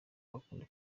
bakunda